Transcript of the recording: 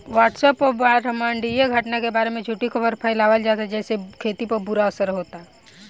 WhatsApp पर ब्रह्माण्डीय घटना के बारे में झूठी खबर फैलावल जाता जेसे खेती पर बुरा असर होता